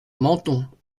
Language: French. menthon